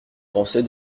penser